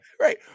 Right